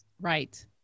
Right